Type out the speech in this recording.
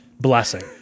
blessing